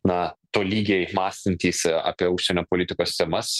na tolygiai mąstantys apie užsienio politikos temas